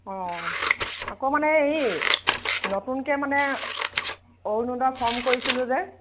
অঁ আকৌ মানে হেৰি নতুনকৈ মানে অৰুণোদয় ফৰ্ম কৰিছিলোঁ যে